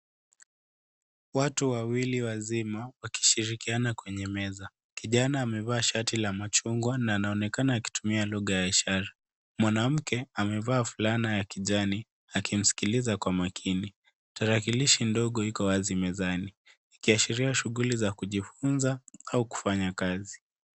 Watu wawili wazima, wakishirikiana kwenye meza. Kijana amevaa shati la machungwa na anaonekana akitumia lugha ya ishara. Mwanamke amevaa fulana ya kijani, akimsikiliza kwa makini. Tarakilishi ndogo iko wazi mezani, ikiashiria shughuli za kujifunza au kufanya kazi.